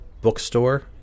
bookstore